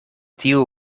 tiu